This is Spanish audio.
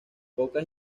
pocas